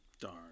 Darn